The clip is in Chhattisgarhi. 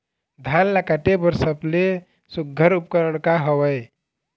धान ला काटे बर सबले सुघ्घर उपकरण का हवए?